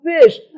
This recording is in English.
fish